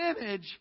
image